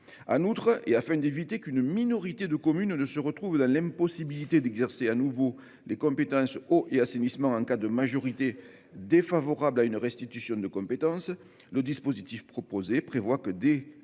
pour empêcher qu'une minorité de communes se retrouve dans l'impossibilité d'exercer de nouveau les compétences eau et assainissement en cas de majorité défavorable à une restitution de compétences, le dispositif proposé prévoit que, dès lors